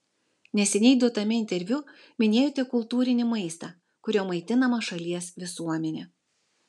neseniai duotame interviu minėjote kultūrinį maistą kuriuo maitinama šalies visuomenė